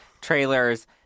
trailers